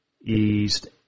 East